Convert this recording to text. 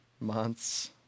months